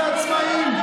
אתה שכחת מה זה עצמאים.